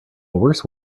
worse